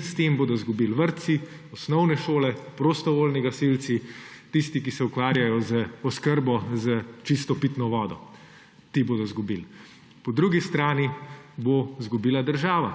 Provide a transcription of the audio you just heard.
S tem bodo izgubili vrtci, osnovne šole, prostovoljni gasilci, tisti, ki se ukvarjajo z oskrbo s čisto pitno vodo. Ti bodo izgubili. Po drugi strani bo izgubila država.